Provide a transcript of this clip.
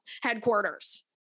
headquarters